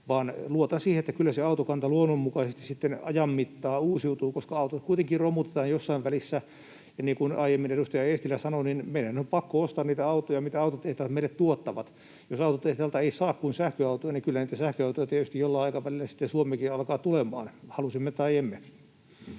luotan siihen, että kyllä se autokanta luonnonmukaisesti sitten ajan mittaan uusiutuu, koska autot kuitenkin romutetaan jossain välissä. Ja niin kuin aiemmin edustaja Eestilä sanoi, meidän on pakko ostaa niitä autoja, mitä autotehtaat meille tuottavat. Jos autotehtailta ei saa kuin sähköautoja, niin kyllä niitä sähköautoja tietysti jollain aikavälillä sitten Suomeenkin alkaa tulemaan, halusimme tai emme.